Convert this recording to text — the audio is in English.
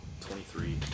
Twenty-three